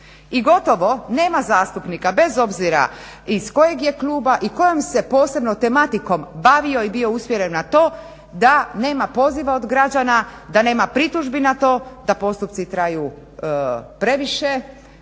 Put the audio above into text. I gotovo nema zastupnika bez obzira iz kojeg je kluba i kojom se posebno tematikom bavio i bio usmjeren na to da nema poziva od građana, da nema pritužbi na to da postupci traju previše.